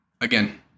again